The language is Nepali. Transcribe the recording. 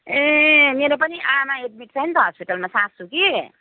ए मेरो पनि त आमा एड्मिट छ नि त हस्पिटलमा सासू कि